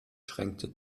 schränkte